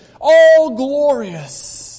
all-glorious